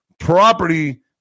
property